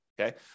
Okay